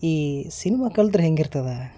ಈ ಸಿನ್ಮ ಕಲ್ತ್ರೆ ಹೆಂಗಿರ್ತದೆ